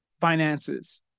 finances